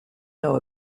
know